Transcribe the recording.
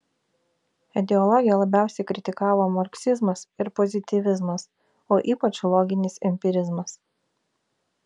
ideologiją labiausiai kritikavo marksizmas ir pozityvizmas o ypač loginis empirizmas